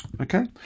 Okay